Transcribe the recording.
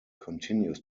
continues